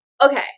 okay